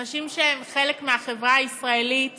אנשים שהם חלק מהחברה הישראלית